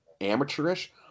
amateurish